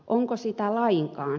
onko sitä lainkaan